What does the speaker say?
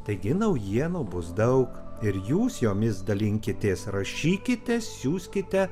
taigi naujienų bus daug ir jūs jomis dalinkitės rašykite siųskite